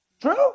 True